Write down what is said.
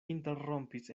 interrompis